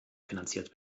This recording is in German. finanziert